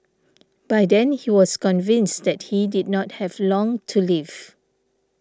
by then he was convinced that he did not have long to live